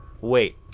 Wait